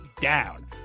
down